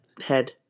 head